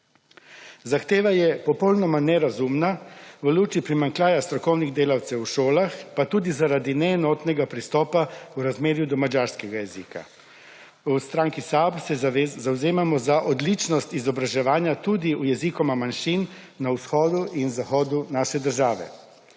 Zahteva je popolnoma nerazumna v luči primanjkljaja strokovnih delavcev v šolah, pa tudi zaradi neenotnega pristopa v razmerju do madžarskega jezika. V stranki SAB se zavzemamo za odličnost izobraževanja tudi v jeziku manjšin na vzhodu in zahodu naše države;